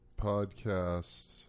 Podcasts